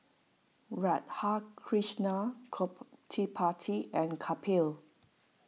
Radhakrishnan Gottipati and Kapil